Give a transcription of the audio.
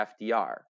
FDR